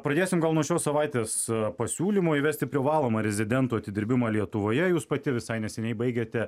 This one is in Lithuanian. pradėsim gal nuo šios savaitės su pasiūlymu įvesti privalomą rezidentų atidirbimą lietuvoje jūs pati visai neseniai baigėte